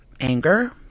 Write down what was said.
Anger